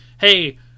hey